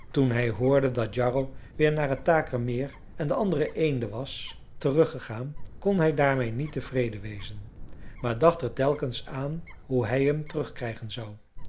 toen hij hoorde dat jarro weer naar het takermeer en de andere eenden was teruggegaan kon hij daarmeê niet tevreden wezen maar dacht er telkens aan hoe hij hem terugkrijgen zou